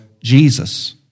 Jesus